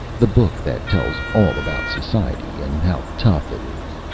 the book that tells all about society and how tough it is.